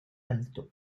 alto